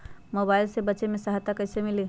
Mobile से बेचे में सहायता कईसे मिली?